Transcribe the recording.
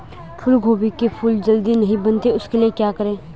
फूलगोभी के फूल जल्दी नहीं बनते उसके लिए क्या करें?